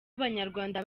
abanyarwanda